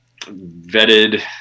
vetted